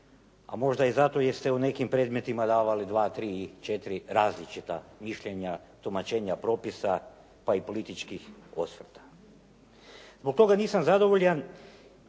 a možda i zato jer ste u nekim predmetima davali 2, 3 i 4 različita mišljenja, tumačenja, propisa pa i političkih osvrta. Zbog toga nisam zadovoljan